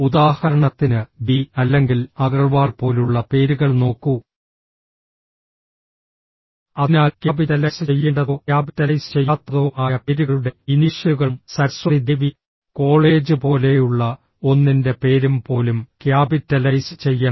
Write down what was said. ഉദാഹരണത്തിന് ബി അല്ലെങ്കിൽ അഗർവാൾ പോലുള്ള പേരുകൾ നോക്കൂ അതിനാൽ ക്യാപിറ്റലൈസ് ചെയ്യേണ്ടതോ ക്യാപിറ്റലൈസ് ചെയ്യാത്തതോ ആയ പേരുകളുടെ ഇനീഷ്യലുകളും സരസ്വതി ദേവി കോളേജ് പോലെയുള്ള ഒന്നിന്റെ പേരും പോലും ക്യാപിറ്റലൈസ് ചെയ്യണം